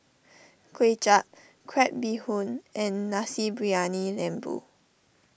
Kuay Chap Crab Bee Hoon and Nasi Briyani Lembu